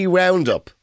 roundup